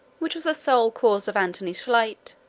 which was the sole cause of antony's flight,